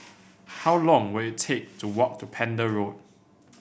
how long will it take to walk to Pender Road